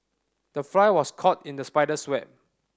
the fly was caught in the spider's web